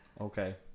Okay